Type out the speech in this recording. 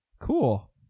Cool